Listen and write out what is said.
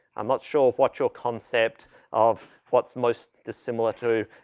i'm not sure what your concept of what's most dissimilar to,